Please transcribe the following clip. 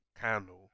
candle